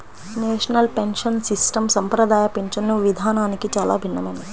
national pension system సంప్రదాయ పింఛను విధానానికి చాలా భిన్నమైనది